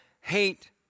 hate